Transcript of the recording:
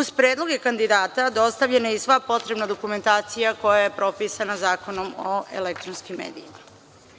Uz predloge kandidata, dostavljena je i sva potrebna dokumentacija koja je propisana Zakonom o elektronskim medijima. Odbor